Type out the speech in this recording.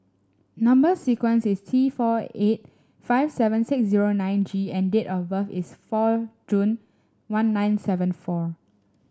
number sequence is T four eight five seven six zero nine G and date of birth is four June one nine seven four